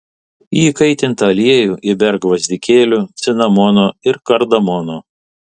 į įkaitintą aliejų įberk gvazdikėlių cinamono ir kardamono